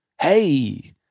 Hey